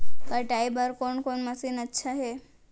कटाई बर कोन कोन मशीन अच्छा हे?